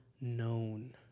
known